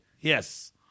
Yes